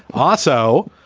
also,